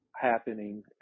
happening